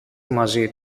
μαζί